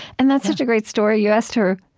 and that's such a great story. you asked her,